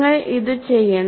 നിങ്ങൾ ഇത് ചെയ്യണം